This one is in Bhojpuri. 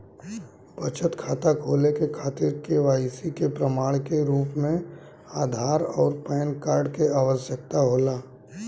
बचत खाता खोले के खातिर केवाइसी के प्रमाण के रूप में आधार आउर पैन कार्ड के आवश्यकता होला